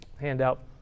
handout